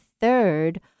third